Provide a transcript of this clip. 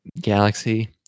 galaxy